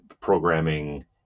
programming